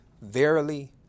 verily